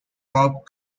rob